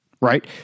right